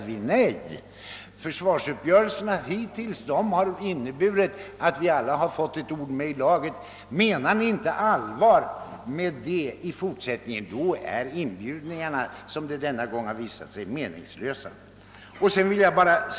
Vid försvarsuppgörelserna hittills har vi ju alla fått ett ord med i laget. Menar ni allvar med detta tal, så är inbjudningarna till förhandlingar meningslösa i fortsättningen — som de har visat sig vara denna gång.